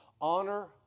Honor